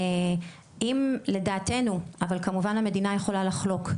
אם לדעתנו אבל כמובן המדינה יכולה לחלוק,